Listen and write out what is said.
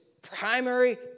Primary